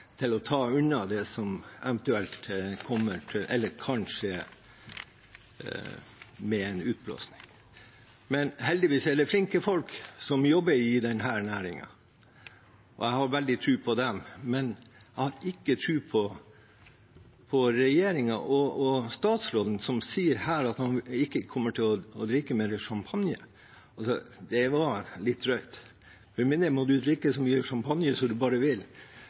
til å ta unna det som eventuelt kan skje ved en utblåsning. Heldigvis er det flinke folk som jobber i denne næringen. Jeg har veldig sterk tro på dem, men jeg har ikke tro på regjeringen og statsråden, som her sier at han ikke kommer til å drikke mer champagne. Det var litt drøyt. For min del kan han drikke så mye champagne han bare vil,